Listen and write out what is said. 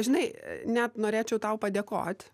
žinai net norėčiau tau padėkot